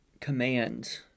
command